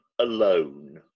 alone